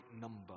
number